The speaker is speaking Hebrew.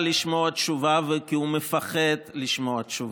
לשמוע תשובה וכי הוא מפחד לשמוע תשובה.